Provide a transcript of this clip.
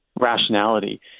rationality